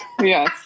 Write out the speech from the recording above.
Yes